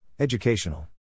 Educational